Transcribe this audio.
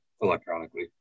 electronically